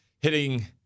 hitting –